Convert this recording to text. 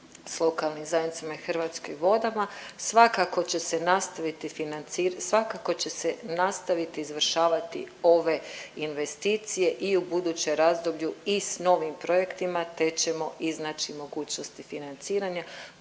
s lokalnim zajednicama i Hrvatskim vodama, svakako će se nastaviti izvršavati ove investicije i u buduće razdoblju i s novim projektima te ćemo iznaći mogućnosti financiranja.